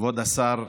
כבוד השר,